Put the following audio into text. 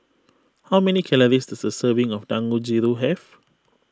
how many calories does a serving of Dangojiru have